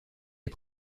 est